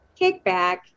kickback